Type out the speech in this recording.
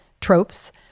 tropes